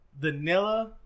vanilla